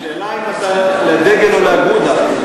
השאלה אם אתה לדגל או לאגודה.